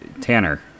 tanner